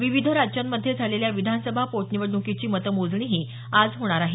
विविध राज्यांमध्ये झालेल्या विधानसभा पोटनिवडणुकीची मतमोजणीही आज होणार आहे